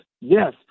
yes